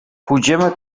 pójdziemy